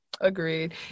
agreed